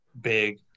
big